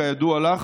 כידוע לך,